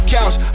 Couch